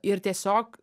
ir tiesiog